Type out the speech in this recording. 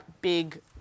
big